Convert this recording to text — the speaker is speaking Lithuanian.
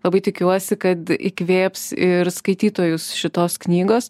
labai tikiuosi kad įkvėps ir skaitytojus šitos knygos